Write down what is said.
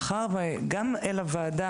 מאחר שגם אל הוועדה,